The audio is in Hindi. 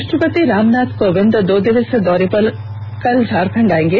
राष्ट्रपति रामनाथ कोविंद दो दिवसीय दौरे पर कल झारखण्ड आयेंगे